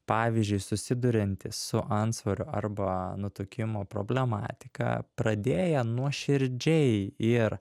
pavyzdžiui susiduriantys su antsvoriu arba nutukimo problematika pradėję nuoširdžiai ir